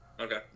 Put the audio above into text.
Okay